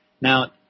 Now